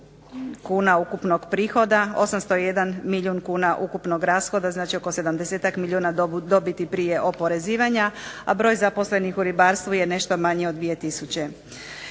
kuna ukupnog prihoda, 801 milijun kuna ukupnog rashoda znači oko sedamdesetak milijuna dobiti prije oporezivanja. A broj zaposlenih u ribarstvu je nešto manje od dvije